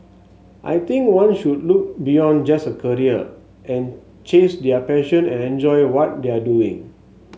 I think one should look beyond just a career and chase their passion and enjoy what they are doing